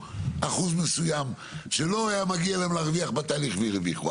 יהיה אחוז מסוים שלא היה מגיע להם להרוויח בתהליך והרוויחו,